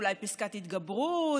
אולי פסקת התגברות,